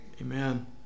Amen